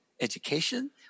education